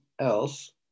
else